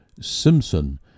Simpson